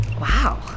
Wow